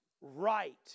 right